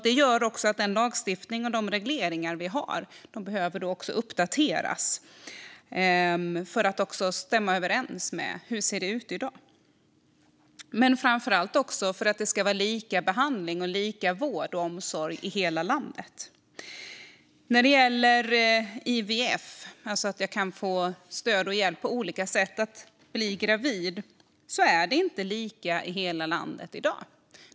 Det gör att den lagstiftning och de regleringar vi har behöver uppdateras för att stämma överens med hur det ser ut i dag och för lika behandling och lika vård och omsorg i hela landet. När det gäller IVF, alltså stöd och hjälp på olika sätt för att bli gravid, ser det inte lika ut i hela landet i dag.